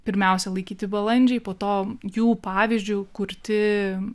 pirmiausia laikyti balandžiai po to jų pavyzdžiu kurti